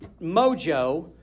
mojo